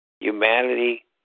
Humanity